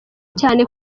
cyane